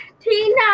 tina